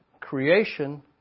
Creation